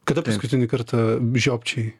kada paskutinį kartą žiopčiojai